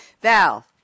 Val